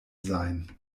sein